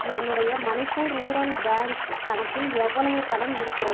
என்னுடைய Manipur rural bank கணக்கில் எவ்வளவு பணம் இருக்கிறது